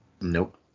Nope